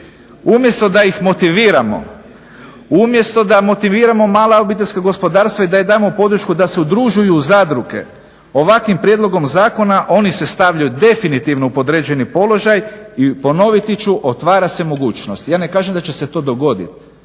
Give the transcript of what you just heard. umjesto da ih motiviramo, umjesto da motiviramo mala obiteljska gospodarstva i da im damo podršku da se udružuju u zadruge ovakvim prijedlogom zakona oni se stavljaju definitivno u podređeni položaj i ponoviti ću otvara se mogućnost. Ja ne kažem da će se to dogoditi,